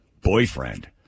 boyfriend